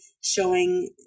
showing